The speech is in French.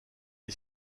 est